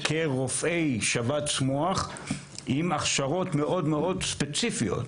כרופאי שבץ מוח עם הכשרות מאוד ספציפיות,